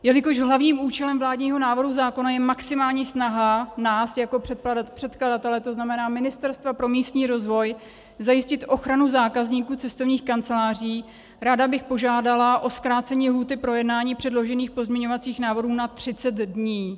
Jelikož hlavním účelem vládního návrhu zákona je maximální snaha nás jako předkladatele, to znamená Ministerstva pro místní rozvoj, zajistit ochranu zákazníků cestovních kanceláří, ráda bych požádala o zkrácení lhůty k projednání předložených pozměňovacích návrhů na 30 dní.